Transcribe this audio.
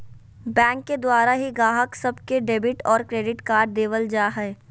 bank के द्वारा ही गाहक सब के डेबिट और क्रेडिट कार्ड देवल जा हय